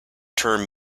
term